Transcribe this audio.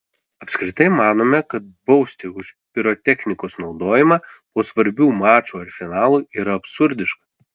apskritai manome kad bausti už pirotechnikos naudojimą po svarbių mačų ar finalų yra absurdiška